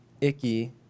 icky